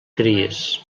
cries